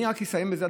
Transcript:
אני רק מסיים בזה,